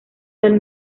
del